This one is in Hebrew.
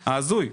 ההזוי.